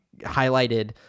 highlighted